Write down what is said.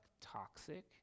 toxic